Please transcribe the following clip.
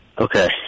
okay